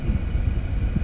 mm